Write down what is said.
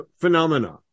phenomena